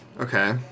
Okay